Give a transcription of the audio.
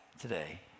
today